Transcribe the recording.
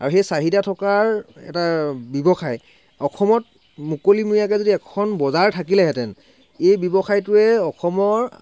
আৰু সেই চাহিদা থকাৰ এটা ব্যৱসায় অসমত মুকলিমূৰীয়াকৈ যদি এখন বজাৰ থাকিলেহেঁতেন এই ব্যৱসায়টোৱে অসমৰ